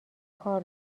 کار